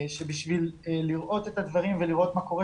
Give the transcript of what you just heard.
שכדי לראות את הדברים ולראות מה קורה,